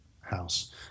house